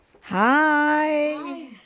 Hi